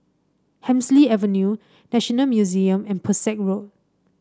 Hemsley Avenue National Museum and Pesek Road